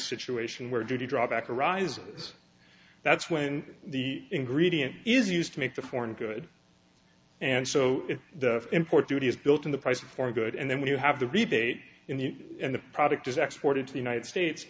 situation where duty drawback arises that's when the ingredient is used to make the foreign good and so the import duty is built in the price for good and then when you have the rebate in the end the product is export into the united states